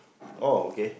oh okay